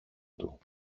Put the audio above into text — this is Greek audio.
του